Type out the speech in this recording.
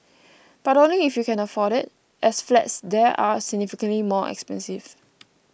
but only if you can afford it as flats there are significantly more expensive